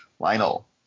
Lionel